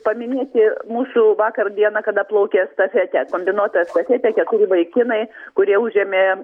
paminėti mūsų vakar dieną kada plaukė estafetę kombinuotą estefetę keturi vaikinai kurie užėmė